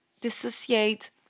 dissociate